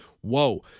Whoa